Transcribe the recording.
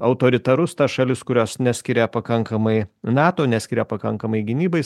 autoritarus tas šalis kurios neskiria pakankamai nato neskiria pakankamai gynybai